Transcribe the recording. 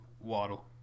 waddle